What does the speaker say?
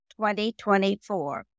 2024